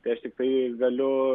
tai aš tiktai galiu